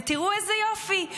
ותראו איזה יופי,